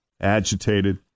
agitated